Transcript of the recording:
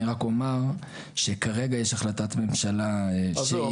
אני רק אומר שכרגע יש החלטת ממשלה --- אז זהו,